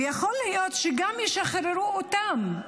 ויכול להיות שגם ישחררו אותם,